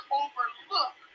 overlook